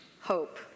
Hope